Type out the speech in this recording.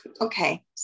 Okay